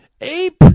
Ape